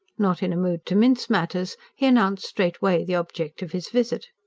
not in a mood to mince matters, he announced straightway the object of his visit.